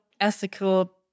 ethical